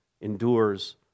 endures